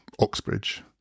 Oxbridge